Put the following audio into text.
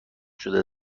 شده